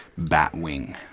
Batwing